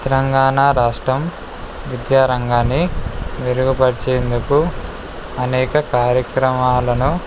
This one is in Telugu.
తెలంగాణ రాష్ట్రం విద్యా రంగాన్ని మెరుగుపరిచేందుకు అనేక కార్యక్రమాలను